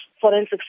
forensic